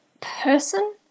person